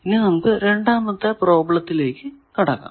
ഇനി നമുക്ക് രണ്ടാമത്തെ പ്രോബ്ലെത്തിലേക്കു കടക്കാം